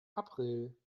april